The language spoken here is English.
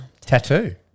Tattoo